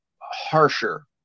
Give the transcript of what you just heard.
harsher